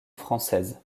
française